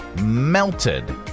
melted